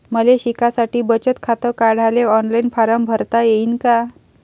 मले शिकासाठी बचत खात काढाले ऑनलाईन फारम भरता येईन का?